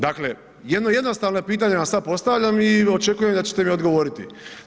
Dakle, jedno jednostavno pitanje vam sad postavljam i očekujem da ćete mi odgovoriti?